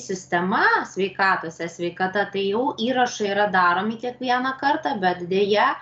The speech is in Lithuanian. sistema sveikatos e sveikata tai jau įrašai yra daromi kiekvieną kartą bet deja